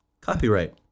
copyright